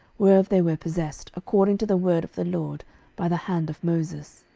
whereof they were possessed, according to the word of the lord by the hand of moses.